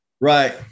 right